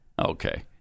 Okay